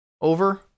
Over